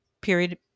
period